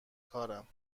کارم